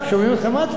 היינו שם.